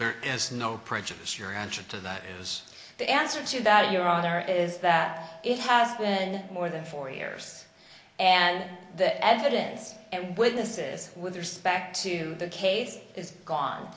there is no prejudice your answer to that is the answer to that your honor is that it has been more than four years and the evidence and witnesses with respect to the caves is gone